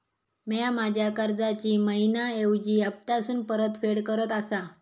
म्या माझ्या कर्जाची मैहिना ऐवजी हप्तासून परतफेड करत आसा